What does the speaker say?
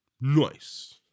Nice